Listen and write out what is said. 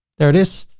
there it is.